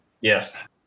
Yes